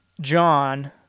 John